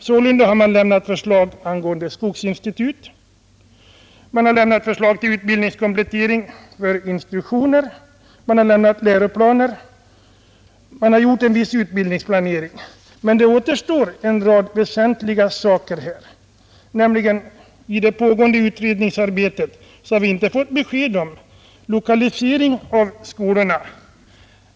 Sålunda har man lämnat förslag angående skogsinstitut, förslag till utbildningskomplettering och läroplaner. Man har gjort en viss utbildningsplanering. Men det återstår en rad väsentliga saker. Vi har inte fått besked om lokalisering av skolorna.